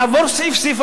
נעבור סעיף סעיף,